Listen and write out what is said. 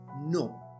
no